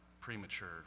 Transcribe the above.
premature